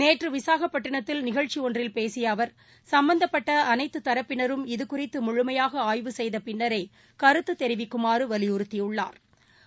நேற்று விசாகப்பட்டினத்தில் நிகழ்ச்சி ஒன்றில் பேசிய அவர் சும்பந்தப்பட்ட அனைத்துத்தரப்பினரும் இதுகுறித்து முழுமையாக ஆய்வு செய்த பின்னரே கருத்து தெிவிக்குமாறு வலியுறுத்தியுள்ளாா்